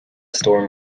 storm